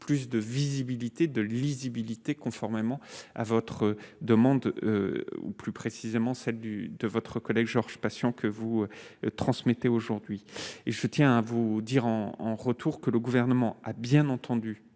plus de visibilité, de lisibilité conformément à votre demande ou, plus précisément celle du de votre collègue Georges Patient que vous transmettez aujourd'hui et je tiens à vous dire en en retour que le gouvernement a bien entendu